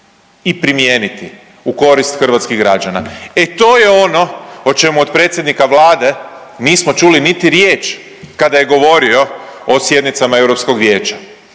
i primijeniti u korist hrvatskih građana. E to je ono o čemu od predsjednika Vlade nismo čuli niti riječ kada je govorio o sjednicama EV-a. Da li je